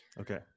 Okay